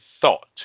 thought